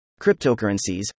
Cryptocurrencies